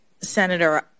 Senator